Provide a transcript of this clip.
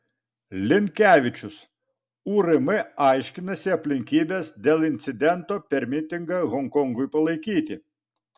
linkevičius urm aiškinasi aplinkybes dėl incidento per mitingą honkongui palaikyti